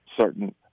certain